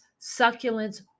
succulents